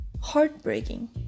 heartbreaking